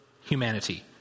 humanity